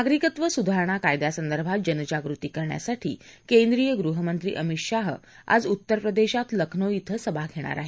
नागरिकत्व सुधारणा कायद्यासंदर्भात जनजागृती करण्यासाठी केंद्रीय गृहमंत्री अमित शाह आज उत्तर प्रदेशात लखनौ क्षें सभा घेणार आहेत